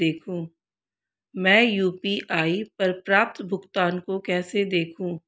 मैं यू.पी.आई पर प्राप्त भुगतान को कैसे देखूं?